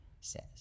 says